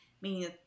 meaning